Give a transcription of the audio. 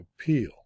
Appeal